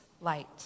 light